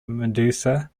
medusa